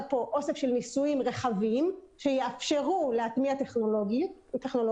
אוסף של ניסויים רחבים שיאפשרו להטמיע טכנולוגיות,